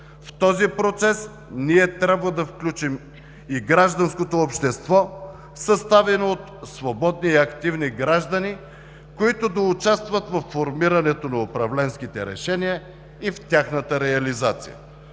В този процес ние трябва да включим и гражданското общество, съставено от свободни и активни граждани, които да участват във формирането на управленските решения и в тяхната реализация.